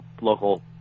local